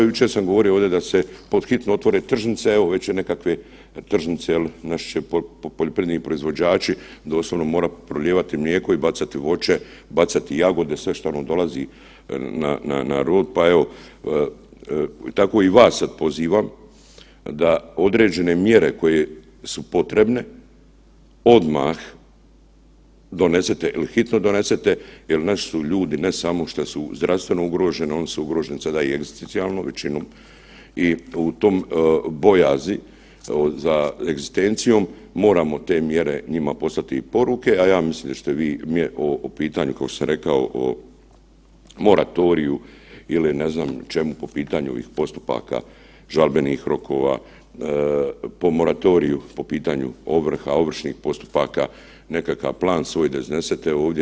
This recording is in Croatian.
Jučer sam govorio ovde da se pod hitno otvore tržnice, a evo već je nekakve tržnice jel naši će poljoprivredni proizvođači doslovno morati prolijevati mlijeko i bacati voće, bacati jagode, sve što nam dolazi na rod, pa evo tako i vas sad pozivam da određene mjere koje su potrebne odmah donesete ili hitno donesete jel naši su ljudi ne samo što su zdravstveno ugroženi oni su ugroženi sada i egzistencijalno, većinom i u tom bojazi za egzistencijom moramo te mjere njima poslati i poruke, a ja mislim da ćete vi o pitanju kao što sam rekao o moratoriju ili ne znam čemu po pitanju postupaka žalbenih rokova, po moratoriju, po pitanju ovrha, ovršnih postupka nekakav plan da iznesete ovdje.